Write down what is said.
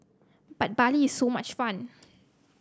but Bali is so much fun